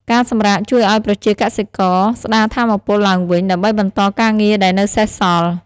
ការសម្រាកជួយឱ្យប្រជាកសិករស្ដារថាមពលឡើងវិញ ដើម្បីបន្តការងារដែលនៅសេសសល់។